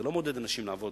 זה לא מעודד אנשים לעבוד,